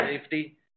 safety